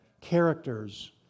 characters